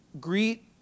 Greet